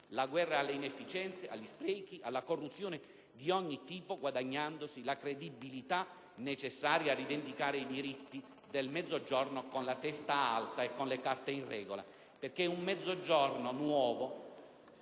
la guerra alle inefficienze, agli sprechi, alla corruzione di ogni tipo, guadagnandosi la credibilità necessaria a rivendicare i diritti del Mezzogiorno, con la testa alta e con le carte in regola, perché un Mezzogiorno nuovo